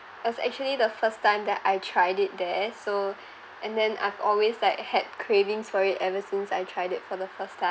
as actually the first time that I tried it there so and then I've always like had cravings for it ever since I tried it for the first time